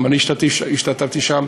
וגם אני השתתפתי בה.